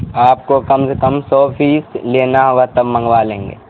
آپ کو کم سے کم سو پیس لینا ہوا تب منگوا لیں گے